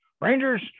Rangers